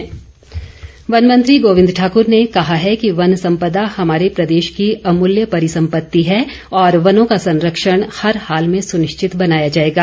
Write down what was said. गोविंद ठाकुर वन मंत्री गोविंद ठाकूर ने कहा है कि वन संपदा हमारे प्रदेश की अमूलय परिसंपत्ति है और वनों का संरक्षण हर हाल में सुनिश्चित बनाया जाएगा